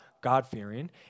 God-fearing